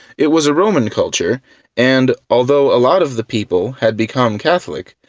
it was a roman culture and, although a lot of the people had become catholic,